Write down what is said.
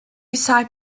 side